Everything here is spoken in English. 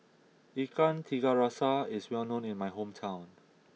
Ikan Tiga Rasa is well known in my hometown